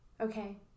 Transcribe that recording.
Okay